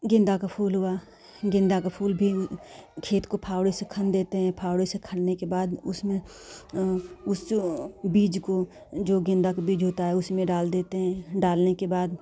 गेंदा का फूल हुआ गेंदा का फूल भी खेत को फावड़े से खन देते हैं फावड़े से खनने के बाद उसमें उससे बीज को जो गेंदा का बीज होता है उसमें डाल देते हैं डालने के बाद